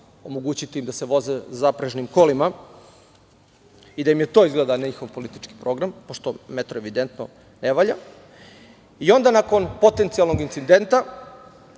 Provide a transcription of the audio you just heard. omogućiti im da voze zaprežnim kolima i da je to izgleda njihov politički program, pošto metro evidentno ne valja i onda, nakon potencijalnog incidenta,